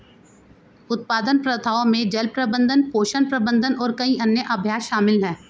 उत्पादन प्रथाओं में जल प्रबंधन, पोषण प्रबंधन और कई अन्य अभ्यास शामिल हैं